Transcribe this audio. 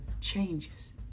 changes